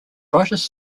brightest